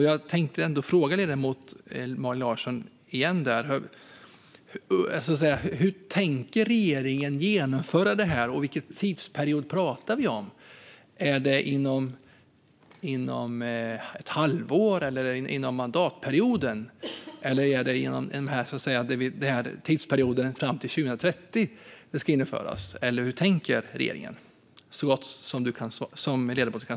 Jag tänkte ändå fråga ledamoten Malin Larsson igen, så får hon svara så gott hon kan: Hur tänker regeringen genomföra det här? Vilken tidsperiod pratar vi om? Ska det införas inom ett halvår, under mandatperioden eller fram till 2030? Hur tänker regeringen?